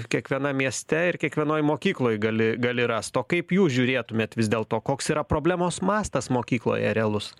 kiekvienam mieste ir kiekvienoj mokykloj gali gali rast o kaip jūs žiūrėtumėt vis dėlto koks yra problemos mastas mokykloje realus